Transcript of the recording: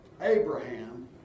Abraham